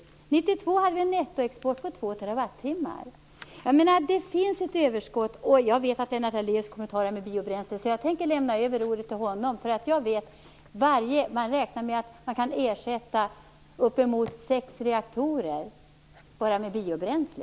År 1992 hade vi en nettoexport på 2 TWh. Det finns ett överskott. Jag vet att Lennart Daléus kommer att tala om biobränslen. Jag tänker lämna över ordet till honom. Jag vet att man räknar med att man kan ersätta uppemot sex reaktorer enbart med biobränsle.